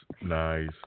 nice